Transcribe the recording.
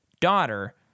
daughter